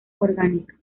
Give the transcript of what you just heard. orgánica